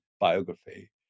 biography